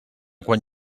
quan